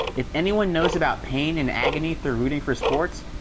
if anyone knows about pain and agony through rooting for sports,